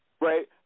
right